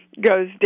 goes